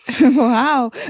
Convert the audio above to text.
Wow